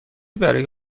برای